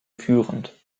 führend